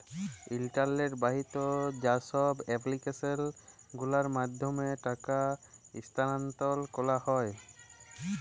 ইলটারলেট বাহিত যা ছব এপ্লিক্যাসল গুলার মাধ্যমে টাকা ইস্থালাল্তর ক্যারা হ্যয়